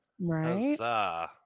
Right